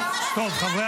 חברי